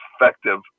effective